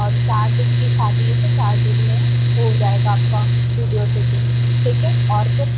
और चार दिन की शादी है तो चार दिन में हो जाएगा आपकी वीडियो शूटिंग ठीक है और कुछ